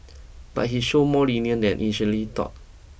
but he showed more leniency than initially thought